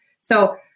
So-